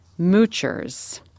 moochers